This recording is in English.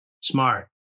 Smart